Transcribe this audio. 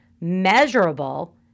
Measurable